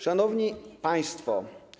Szanowni Państwo!